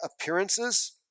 appearances